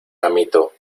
amito